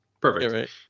Perfect